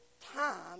Time